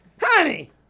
Honey